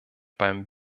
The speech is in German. beim